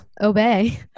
obey